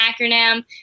acronym